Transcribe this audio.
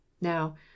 now